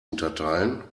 unterteilen